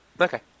Okay